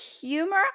Humor